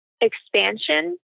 expansion